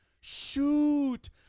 Shoot